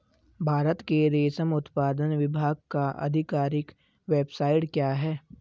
भारत के रेशम उत्पादन विभाग का आधिकारिक वेबसाइट क्या है?